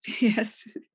Yes